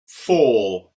four